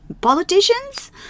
politicians